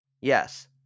Yes